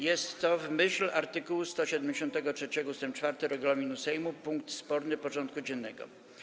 Jest to w myśl art. 173 ust. 4 regulaminu Sejmu punkt sporny porządku dziennego.